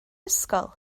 ysgol